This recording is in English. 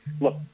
look